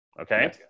Okay